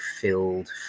filled